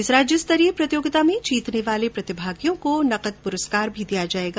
इस राज्यस्तरीय प्रतियोगिता में जीतने वाले प्रतिभागियों को नकद पुरस्कार भी दिया जायेगा